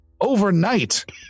overnight